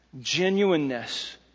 genuineness